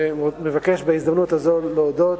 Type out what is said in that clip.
ומבקש בהזדמנות הזאת להודות,